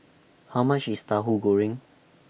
How much IS Tahu Goreng